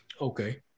okay